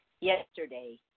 yesterday